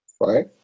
Right